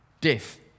Death